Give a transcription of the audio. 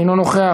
אינו נוכח,